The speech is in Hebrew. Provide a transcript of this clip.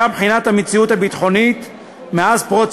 היה בחינת המציאות הביטחונית מאז פרוץ